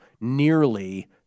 nearly